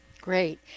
Great